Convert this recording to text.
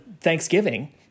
Thanksgiving